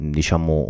diciamo